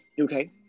okay